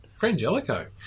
Frangelico